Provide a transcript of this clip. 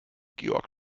georg